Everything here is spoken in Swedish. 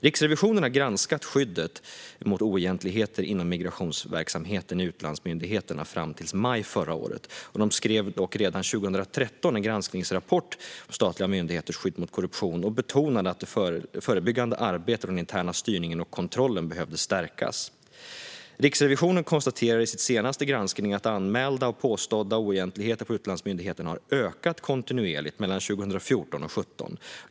Riksrevisionen har granskat skyddet mot oegentligheter inom migrationsverksamheten vid utlandsmyndigheterna fram till i maj förra året. Den skrev dock redan 2013 en granskningsrapport om statliga myndigheters skydd mot korruption och betonade att det förebyggande arbetet och den interna styrningen och kontrollen behövde stärkas. Riksrevisionen konstaterar i sin senaste granskning att anmälda och påstådda oegentligheter vid utlandsmyndigheterna har ökat kontinuerligt mellan 2014 och 2017.